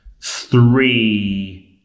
three